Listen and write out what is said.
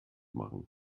machen